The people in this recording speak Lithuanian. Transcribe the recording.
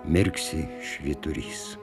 mirksi švyturys